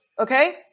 okay